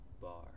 bar